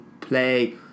play